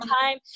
time